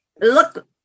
look